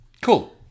Cool